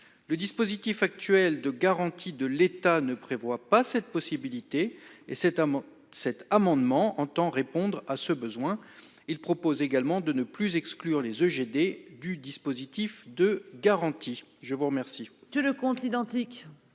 Le dispositif actuel de garantie de l'État ne prévoit pas cette possibilité et cet amant cet amendement entend répondre à ce besoin. Il propose également de ne plus exclure les oeufs GD du dispositif de garantie. Je vous remercie.